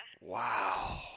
Wow